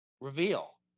reveal